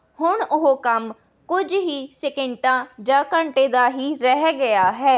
ਹੁਣ ਉਹ ਕੰਮ ਕੁਝ ਹੀ ਸਕਿੰਟਾਂ ਜਾਂ ਘੰਟੇ ਦਾ ਹੀ ਰਹਿ ਗਿਆ ਹੈ